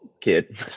kid